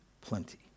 plenty